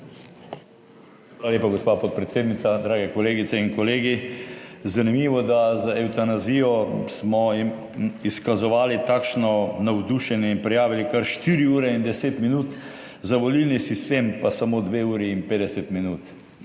Hvala lepa, gospa podpredsednica, drage kolegice in kolegi. Zanimivo, da za evtanazijo smo jim izkazovali takšno navdušenje in prijavili kar 4 ure in 10 minut, za volilni sistem pa samo 2 uri in 50 minut.